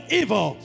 evil